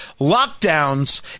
Lockdowns